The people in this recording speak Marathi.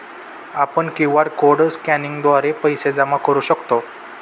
आपण क्यू.आर कोड स्कॅनिंगद्वारे पैसे जमा करू शकतो